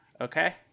Okay